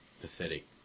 pathetic